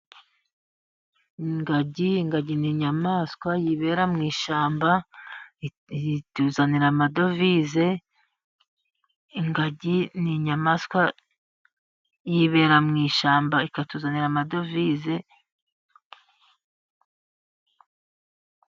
Ingagi ni inyamaswa yibera mu ishyamba Ikatuzanira amadovize. Ingagi ni inyamaswa yibera mu ishyamba ikatuzanira amadovize.